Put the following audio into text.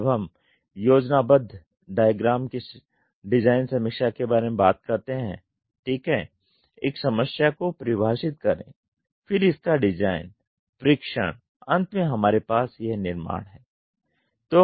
जब हम योजनाबद्ध डायग्राम की डिजाइन समीक्षा के बारे में बात करते हैं ठीक हैं एक समस्या को परिभाषित करें फिर इसका डिज़ाइन परीक्षण अंत में हमारे पास यह निर्माण है